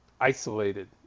isolated